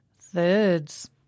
thirds